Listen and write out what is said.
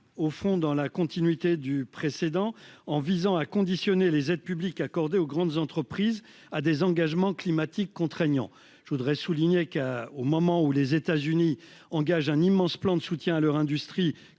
au fond dans la continuité du précédent en visant à conditionner les aides publiques accordées aux grandes entreprises à des engagements climatiques contraignants. Je voudrais souligner qu'au moment où les États-Unis engage un immense plan de soutien à leur industrie conditionné